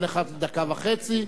כל אחד דקה וחצי,